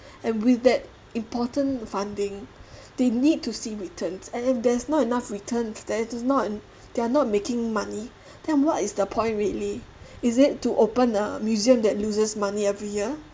and with that important funding they need to see returns and if there's not enough returns there's not they're not making money then what is the point really is it to open a museum that loses money every year